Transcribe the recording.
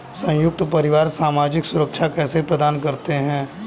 संयुक्त परिवार सामाजिक सुरक्षा कैसे प्रदान करते हैं?